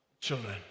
children